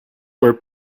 were